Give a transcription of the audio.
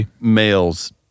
males